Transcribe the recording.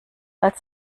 als